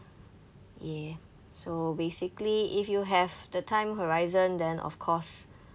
yeah so basically if you have the time horizon then of course